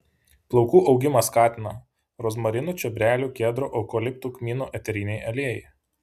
plaukų augimą skatina rozmarinų čiobrelių kedrų eukaliptų kmynų eteriniai aliejai